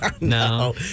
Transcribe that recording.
no